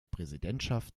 präsidentschaft